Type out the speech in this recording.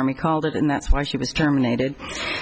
army called it and that's why she was terminated